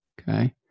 okay